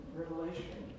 revelation